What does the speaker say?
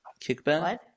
Kickback